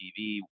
TV